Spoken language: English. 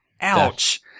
ouch